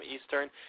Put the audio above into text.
Eastern